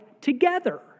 together